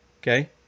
Okay